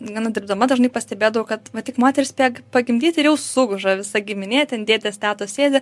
gana dirbdama dažnai pastebėdavau kad va tik moteris spėja pagimdyt ir jau suguža visa giminė ten dėdės tetos sėdi